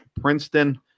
Princeton